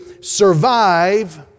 survive